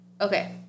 Okay